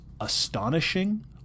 astonishing